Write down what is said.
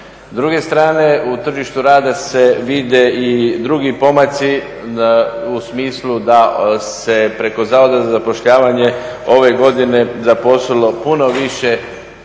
druge strane, na tržištu rada se vide i drugi pomaci u smislu da se preko Zavoda za zapošljavanje ove godine zaposlilo puno više